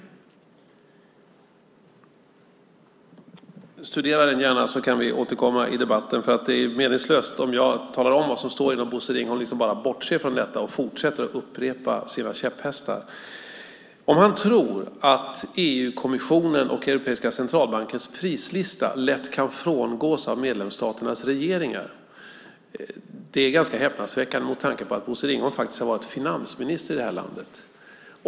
Studera den gärna, så kan vi återkomma i debatten. Det är meningslöst om jag talar om vad som står i rapporten och Bosse Ringholm bara bortser från det och fortsätter att upprepa sina käpphästar. Om han tror att EU-kommissionen och Europeiska centralbankens prislista lätt kan frångås av medlemsstaternas regeringar är det ganska häpnadsväckande med tanke på att Bosse Ringholm faktiskt har varit finansminister i det här landet.